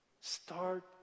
Start